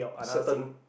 certain